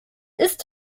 ist